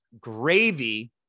gravy